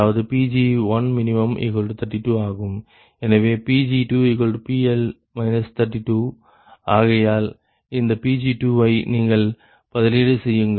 எனவே Pg2PL 32 ஆகையால் இந்த Pg2 வை நீங்கள் இங்கே பதிலீடு செய்யுங்கள்